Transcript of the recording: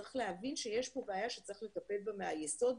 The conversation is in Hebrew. צריך להבין שיש פה בעיה שצריך לטפל בה מהיסוד,